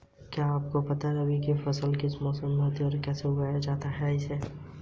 क्या आर.टी.जी.एस के तहत भुगतान अंतिम और अपरिवर्तनीय है?